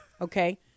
okay